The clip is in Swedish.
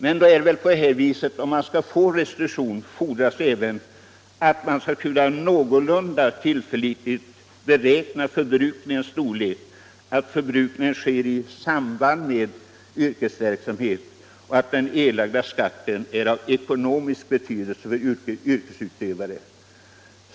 Men om man skall få restitution fordras även att man någorlunda tillförlitligt skall kunna beräkna förbrukningens storlek, att förbrukningen sker i samband med vrkesverksamhet och att den erlagda skatten är av ekonomisk betydelse för yrkesutövaren.